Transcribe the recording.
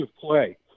play